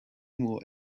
more